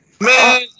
Man